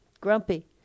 Grumpy